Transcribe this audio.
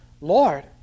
Lord